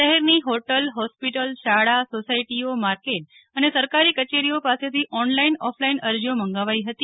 શહેરની hotel hospital શાળા સોસાયટીઓ માર્કેટ અને સરકારી કચેરીઓ પાસેથી ઓનલાઈન ઓફલાઈન અરજીઓ મંગાવાઈ હતી